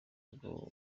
ubwoba